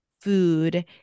food